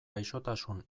gaixotasun